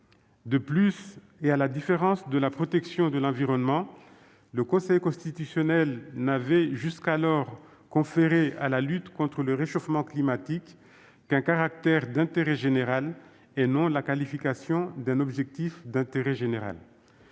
De plus, et à la différence de la protection de l'environnement, le Conseil constitutionnel n'avait jusqu'alors conféré à la lutte contre le réchauffement climatique qu'un « caractère d'intérêt général » et non la qualification d'un « objectif d'intérêt général